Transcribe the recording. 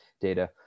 data